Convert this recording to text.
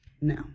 No